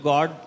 God